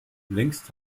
längst